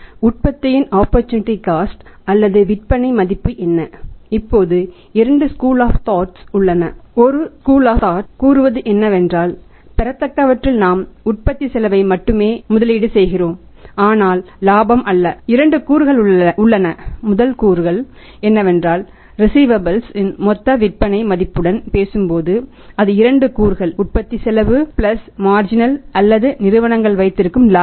உற்பத்தியின் opportunity cost அல்லது நிறுவனங்கள் வைத்திருக்கும் இலாபம்